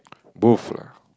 both lah